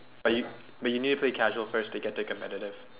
but you but you need to play casual first to get to play competitive